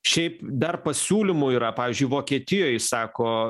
šiaip dar pasiūlymų yra pavyzdžiui vokietijoj sako